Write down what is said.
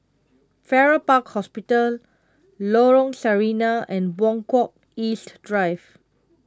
Farrer Park Hospital Lorong Sarina and Buangkok East Drive